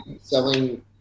selling